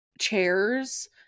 chairs